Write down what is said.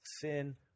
Sin